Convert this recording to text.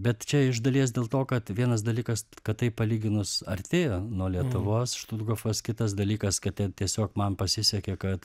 bet čia iš dalies dėl to kad vienas dalykas kad tai palyginus arti nuo lietuvos štuthofas kitas dalykas kad ten tiesiog man pasisekė kad